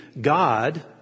God